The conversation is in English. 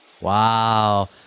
Wow